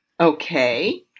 Okay